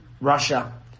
Russia